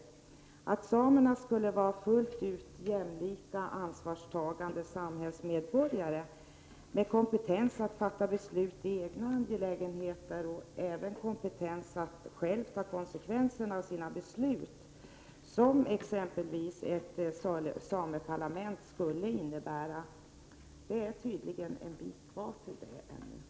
Till ståndpunkten att samerna skulle vara fullt ut jämlika och ansvarstagande samhällsmedborgare med kompetens att fatta beslut i egna angelägenheter och även kompetens att själva ta konsekvenserna av sina beslut, vilket t.ex. ett sameparlament skulle innebära, har vi tydligen en bra bit kvar.